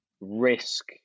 risk